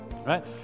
Right